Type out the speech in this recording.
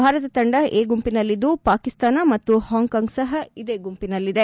ಭಾರತ ತಂಡ ಎ ಗುಂಪಿನಲ್ಲಿದ್ದು ಪಾಕಿಸ್ತಾನ ಮತ್ತು ಹಾಂಕಾಂಗ್ ಸಹ ಇದೇ ಗುಂಪಿನಲ್ಲಿದೆ